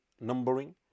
numbering